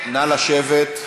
נא לשבת.